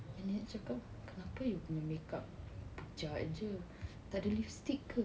nenek cakap kenapa you punya makeup pucat jer tak ada lipstick ke